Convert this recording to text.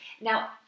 Now